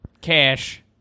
Cash